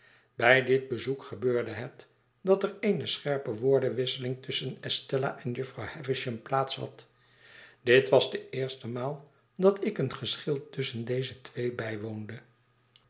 bij dit bezoek gebeurde het dat er eene scherpe woordenwisseling tusschen estella en jufvrouw havisham plaats had dit was de eerste maal dat ik een geschil tusschen deze twee bijwoonde